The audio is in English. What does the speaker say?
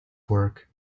work